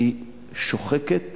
שוחקת